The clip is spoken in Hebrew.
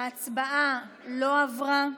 ההצעה לא עברה,